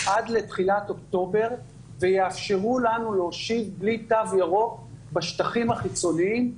עד לתחילת אוקטובר ויאפשרו לנו להושיב בלי תו ירוק בשטחים החיצוניים,